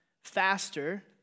faster